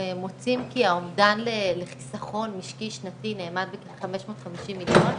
מוצאים כי האומדן לחיסכון משקי שנתי נאמד בכ-550 מיליון,